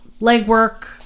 legwork